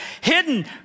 hidden